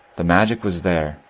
the magic was there,